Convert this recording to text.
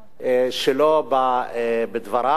שלו בדבריו.